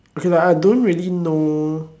okay lah I don't really know